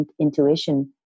intuition